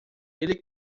ele